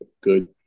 good